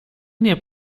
nie